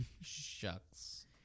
Shucks